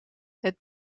het